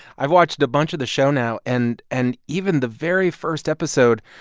i've watched a bunch of the show now, and and even the very first episode,